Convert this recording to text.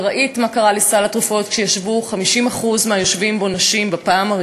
וראית מה קרה לסל התרופות כש-50% מהיושבים בו היו נשים,